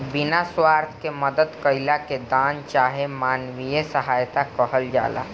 बिना स्वार्थ के मदद कईला के दान चाहे मानवीय सहायता कहल जाला